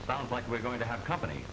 bound like we're going to have company